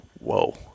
Whoa